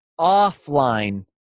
offline